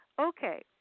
Okay